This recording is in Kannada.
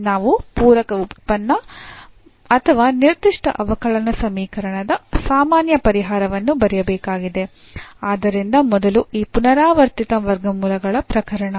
ನಾವು ಪೂರಕ ಉತ್ಪನ್ನ ಅಥವಾ ನಿರ್ದಿಷ್ಟ ಅವಕಲನ ಸಮೀಕರಣದ ಸಾಮಾನ್ಯ ಪರಿಹಾರವನ್ನು ಬರೆಯಬೇಕಾಗಿದೆ ಆದ್ದರಿಂದ ಮೊದಲು ಈ ಪುನರಾವರ್ತಿತ ವರ್ಗಮೂಲ ಪ್ರಕರಣ